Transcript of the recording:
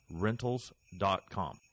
Rentals.com